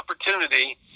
opportunity